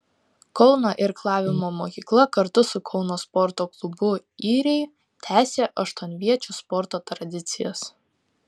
kauno irklavimo mokykla kartu su kauno sporto klubu yriai tęsė aštuonviečių sporto tradicijas